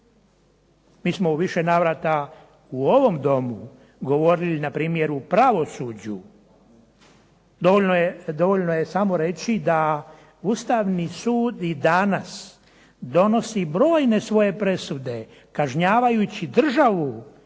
Mi smo u više navrata u ovom Domu govorili npr. u pravosuđu. Dovoljno je samo reći da Ustavni sud i danas donosi brojne svoje presude kažnjavajući državu